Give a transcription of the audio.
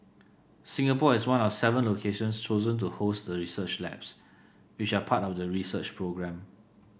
Singapore is one of seven locations chosen to host the research labs which are part of the research programme